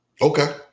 Okay